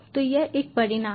तो यह एक परिणाम है